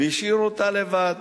והשאירו אותה לבד.